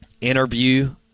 interview